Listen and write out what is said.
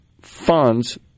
funds